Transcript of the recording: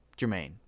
Jermaine